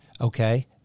Okay